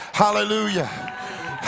hallelujah